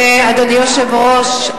אדוני היושב-ראש,